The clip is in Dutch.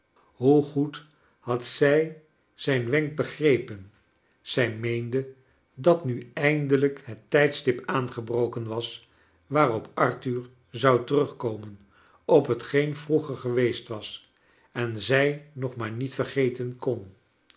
hoe goed had zij zijn wenk begrepen zij meende dat nu eindelijk het tijdstip aangebroken was waarop arthur zou terugkomen op hetgeen vroeger geweest was en zij nog maar niet vergeten kon